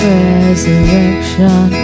resurrection